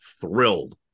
thrilled